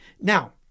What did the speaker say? Now